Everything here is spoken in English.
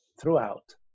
throughout